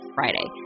Friday